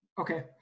Okay